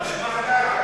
הקרקע.